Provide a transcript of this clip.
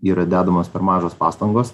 yra dedamos per mažos pastangos